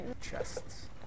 chests